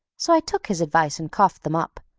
so i took his advice and coughed them up,